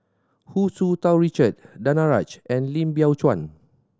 Hu Tsu Tau Richard Danaraj and Lim Biow Chuan